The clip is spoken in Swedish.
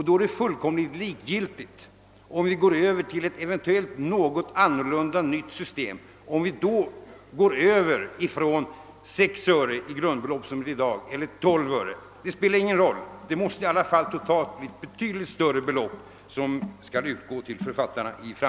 Då är det, därest vi övergår till ett eventuellt något annorlunda utformat system, likgiltigt, om vi vid övergången har 6 eller 12 öres ersättning som grundbelopp. Totalt måste det i framtiden ändå bli ett betydligt större belopp som skall utgå till författarna.